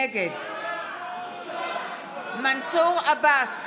נגד מנסור עבאס,